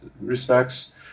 respects